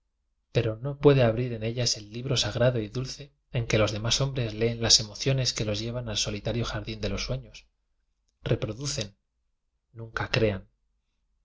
pero no puede abrir en ellas el libro sagrado y dulce en que los demás hombres leen las emociones que los llevan al solitario jar dín de los sueños reproducen nunca crean